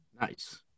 Nice